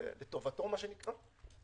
זה לטובתו מה שנקרא.